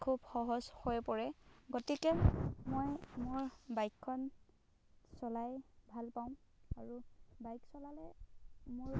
খুব সহজ হৈ পৰে গতিকে মই মোৰ বাইকখন চলাই ভালপাওঁ আৰু বাইক চলালে মোৰ